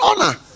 honor